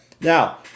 Now